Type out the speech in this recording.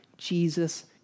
Jesus